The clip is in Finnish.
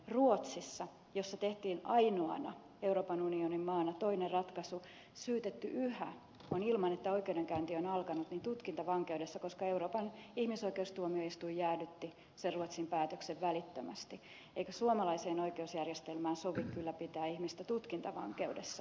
ruotsissa missä tehtiin ainoana euroopan unionin maana toinen ratkaisu syytetty on yhä ilman että oikeudenkäynti on alkanut tutkintavankeudessa koska euroopan ihmisoikeustuomioistuin jäädytti sen ruotsin päätöksen välittömästi eikä suomalaiseen oikeusjärjestelmään sovi kyllä pitää ihmistä tutkintavankeudessa vuosikausia